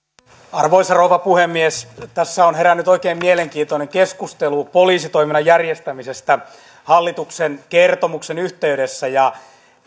arvoisa rouva puhemies tässä on herännyt oikein mielenkiintoinen keskustelu poliisitoiminnan järjestämisestä hallituksen kertomuksen yhteydessä